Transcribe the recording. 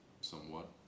somewhat